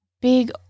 big